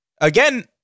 again